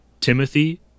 Timothy